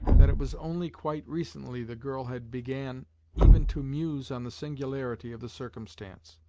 that it was only quite recently the girl had began even to muse on the singularity of the circumstance.